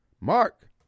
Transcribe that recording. Mark